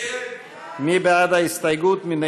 ההסתייגות (39)